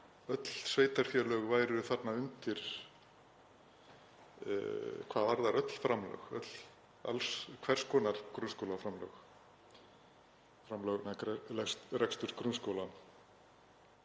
öll sveitarfélög væru þarna undir hvað varðar öll framlög, hvers konar grunnskólaframlög, framlög vegna reksturs grunnskóla.